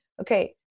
Okay